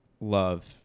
love